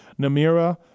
Namira